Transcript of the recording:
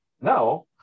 Now